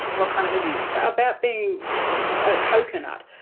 what kind of abuse? about being a coconut,